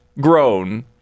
grown